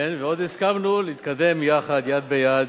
כן, ועוד הסכמנו להתקדם יחד, יד ביד,